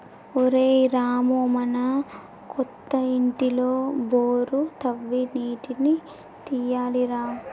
ఒరేయ్ రామూ మన కొత్త ఇంటిలో బోరు తవ్వి నీటిని తీయాలి రా